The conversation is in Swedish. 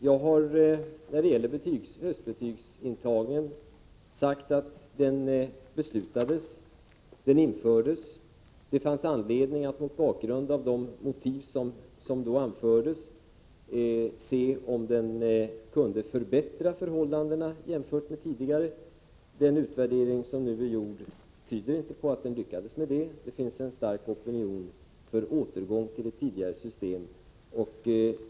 Jag har när det gäller höstbetygsintagningen sagt att denna beslutats och införts och att det fanns anledning att mot bakgrund av de motiv som i samband därmed anfördes undersöka, om den hade inneburit en förbättring jämfört med tidigare förhållanden. Den utvärdering som nu är gjord tyder inte på att höstbetygsintagningen utfallit på detta sätt. Det finns en stark opinion för återgång till det tidigare systemet.